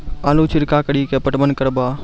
आलू छिरका कड़ी के पटवन करवा?